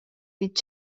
دید